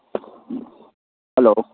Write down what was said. hello